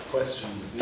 Questions